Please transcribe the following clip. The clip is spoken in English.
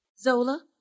Zola